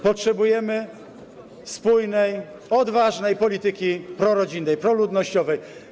Potrzebujemy spójnej, odważnej polityki prorodzinnej, proludnościowej.